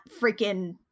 freaking